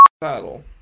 battle